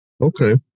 Okay